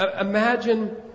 Imagine